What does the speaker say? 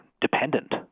dependent